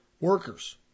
workers